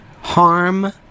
harm